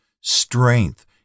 Strength